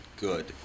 good